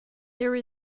there